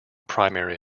primary